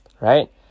right